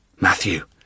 Matthew